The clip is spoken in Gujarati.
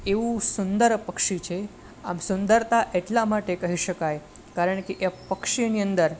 એવું સુંદર પક્ષી છે આમ સુંદરતા એટલા માટે કહી શકાય કારણ કે એ પક્ષીની અંદર